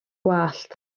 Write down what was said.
gwallt